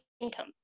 income